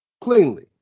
cleanly